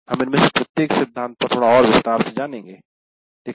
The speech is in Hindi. हम इनमें से प्रत्येक सिद्धांत पर थोड़ा और विस्तार से जानेगे